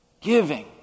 giving